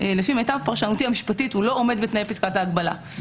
לפי מיטב פרשנותי המשפטית הוא לא עומד בתנאי פסקת ההגבלה.